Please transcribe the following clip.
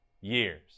years